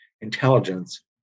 intelligence